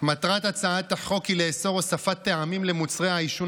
מטרת הצעת החוק היא לאסור הוספת טעמים למוצרי העישון